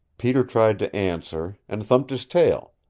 peter tried to answer, and thumped his tail,